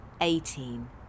Eighteen